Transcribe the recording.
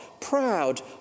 proud